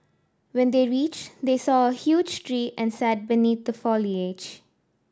when they reached they saw a huge tree and sat beneath the foliage